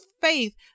faith